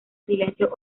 silencio